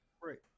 Right